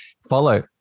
follow